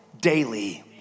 daily